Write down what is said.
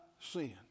sin